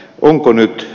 onko nyt